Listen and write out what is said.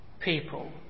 People